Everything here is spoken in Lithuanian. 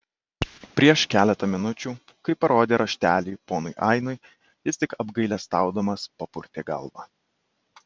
prieš keletą minučių kai parodė raštelį ponui ainui jis tik apgailestaudamas papurtė galvą